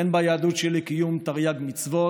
אין ביהדות שלי קיום תרי"ג מצוות,